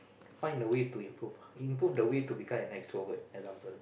find a way to improve improve the way to become an extrovert for example